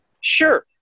Sure